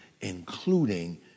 including